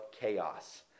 chaos